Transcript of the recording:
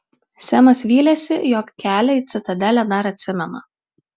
semas vylėsi jog kelią į citadelę dar atsimena